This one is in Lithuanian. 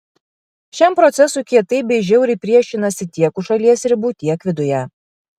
šiam procesui kietai bei žiauriai priešinasi tiek už šalies ribų tiek viduje